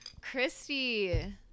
Christy